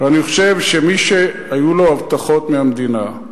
ואני חושב שמי שהיו לו הבטחות מהמדינה,